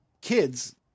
kids